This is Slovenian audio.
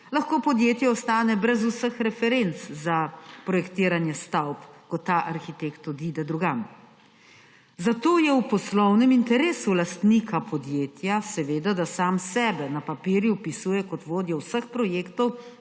lahko podjetje ostane brez vseh referenc za projektiranje stavb, ko ta arhitekt odide drugam. Zato je v poslovnem interesu lastnika podjejta, da sam sebe na papirju vpisuje kot vodjo vseh projektov,